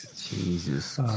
Jesus